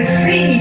see